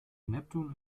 neptun